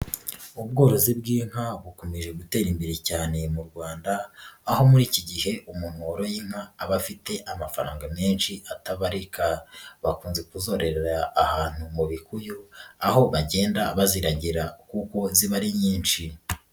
Ubworozi bw'inka bukomeje gutera imbere cyane mu Rwanda, aho muri iki gihe umuntu woroye inka aba afite amafaranga menshi atabarika, bakunze kuzororera ahantu mu bikuyu, aho bagenda baziragira kuko ziba ari nyinshi.